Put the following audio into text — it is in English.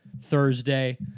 Thursday